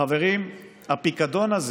חברים, הפיקדון הזה